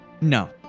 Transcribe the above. no